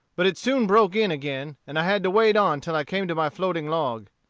but it soon broke in again, and i had to wade on till i came to my floating log.